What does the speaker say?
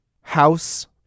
House